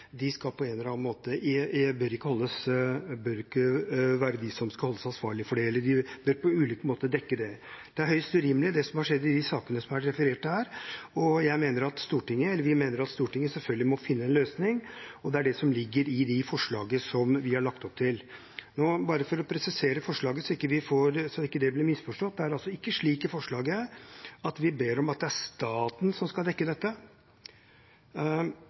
på en eller annen måte skal holdes ansvarlig for det. De bør ikke være dem som på ulike måter skal dekke det. Det er høyst urimelig det som har skjedd i de sakene som har vært referert til her, og vi mener at Stortinget selvfølgelig må finne en løsning. Det er det som ligger i det forslaget vi har lagt opp til. Bare for å presisere forslaget, så det ikke blir misforstått: Det er altså ikke slik i forslaget at vi ber om at det er staten som skal dekke dette.